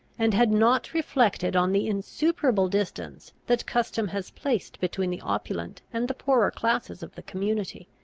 and had not reflected on the insuperable distance that custom has placed between the opulent and the poorer classes of the community.